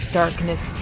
darkness